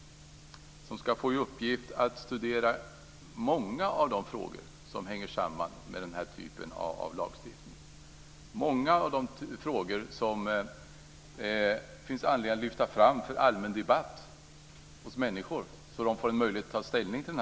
Den ska få i uppgift att studera många av de frågor som hänger samman med denna typ av lagstiftning. Det är många frågor som det finns anledning att lyfta fram för allmän debatt, så att människor får en möjlighet att ta ställning till dem.